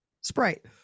sprite